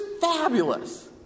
fabulous